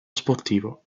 sportivo